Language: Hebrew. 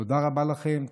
תודה רבה לכם.